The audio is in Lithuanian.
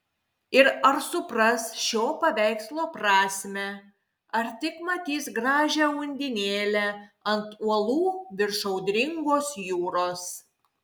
ir ar supras šio paveikslo prasmę ar tik matys gražią undinėlę ant uolų virš audringos jūros